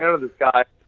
kind of this guy,